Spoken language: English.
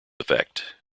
effect